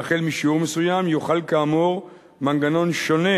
החל משיעור מסוים יוחל כאמור מנגנון שונה,